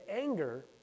anger